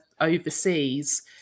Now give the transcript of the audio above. overseas